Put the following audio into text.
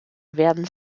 werden